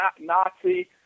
Nazi